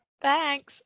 Thanks